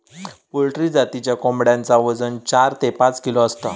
poultry जातीच्या कोंबड्यांचा वजन चार ते पाच किलो असता